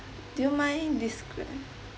do you mind desc~